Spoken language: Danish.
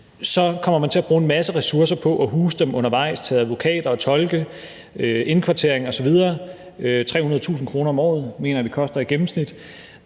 så kommer man til at bruge en masse ressourcer på at huse dem undervejs og på advokater og tolke, indkvartering osv. 300.000 kr. om året mener jeg at det koster i gennemsnit.